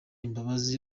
imbabazi